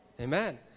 Amen